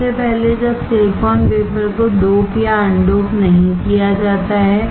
सबसे पहले जब सिलिकॉन वेफर को डोप या अन डोप नहीं किया जाता है